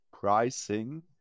pricing